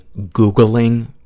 Googling